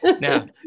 Now